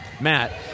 Matt